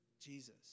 Jesus